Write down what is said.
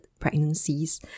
pregnancies